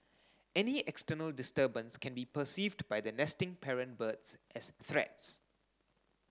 any external disturbance can be perceived by the nesting parent birds as threats